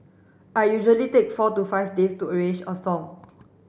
I usually take four to five days to arrange a song